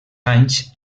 anys